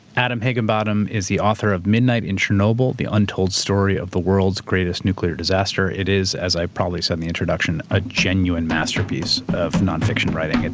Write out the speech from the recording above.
adam higginbotham is the author of midnight in chernobyl the untold story of the world's greatest nuclear disaster. it is, as i probably said in the introduction, a genuine masterpiece of nonfiction writing.